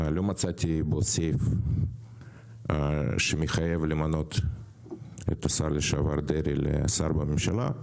ולא מצאתי בסיס שמחייב למנות את השר לשעבר דרעי כשר בממשלה.